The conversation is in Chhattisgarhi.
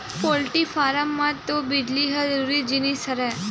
पोल्टी फारम म तो बिजली ह जरूरी जिनिस हरय